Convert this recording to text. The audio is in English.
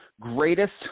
greatest